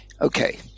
Okay